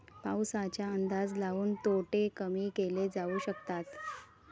पाऊसाचा अंदाज लाऊन तोटे कमी केले जाऊ शकतात